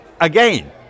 Again